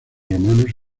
romanos